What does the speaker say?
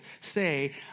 say